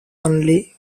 only